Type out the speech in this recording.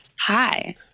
Hi